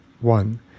one